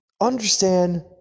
understand